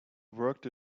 worked